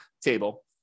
table